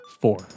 Four